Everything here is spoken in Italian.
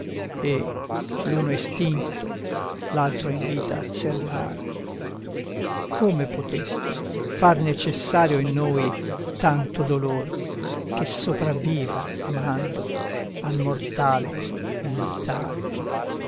e l'uno estinto l'altro in vita serbar come potesti far necessario in noi tanto dolor che sopravviva amando al mortale il mortal